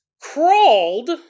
crawled